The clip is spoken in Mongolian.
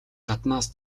гаднаас